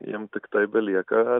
jiem tiktai belieka